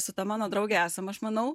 su ta mano drauge esam aš manau